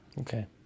Okay